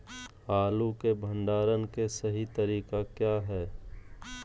आलू के भंडारण के सही तरीका क्या है?